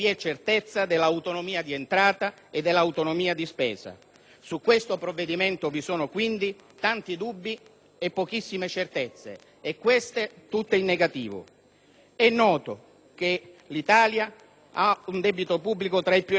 Su questo provvedimento vi sono quindi tanti dubbi e pochissime certezze, e queste tutte in negativo. È noto che l'Italia ha un debito pubblico tra i più elevati al mondo ed è quindi costretta a pagare consistenti interessi.